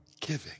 giving